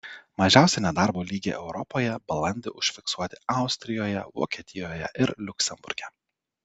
mažiausi nedarbo lygiai europoje balandį užfiksuoti austrijoje vokietijoje ir liuksemburge